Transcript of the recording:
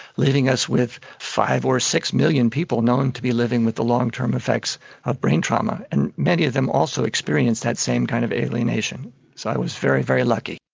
leaving us with five or six million people known to be living with the long-term effects of brain trauma, and many of them also experience that same kind of alienation. so i was very, very lucky.